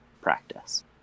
practice